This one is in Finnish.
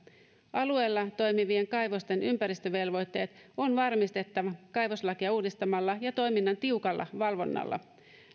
alueella toimivien kaivosten ympäristövelvoitteet on varmistettava kaivoslakia uudistamalla ja toiminnan tiukalla valvonnalla